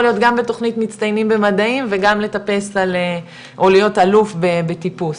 להיות גם בתוכנית מצטיינים במדעם וגם לטפס על או להיות אלוף בטיפוס,